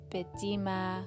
Bedima